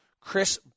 Chris